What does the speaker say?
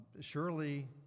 Surely